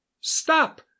Stop